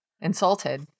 insulted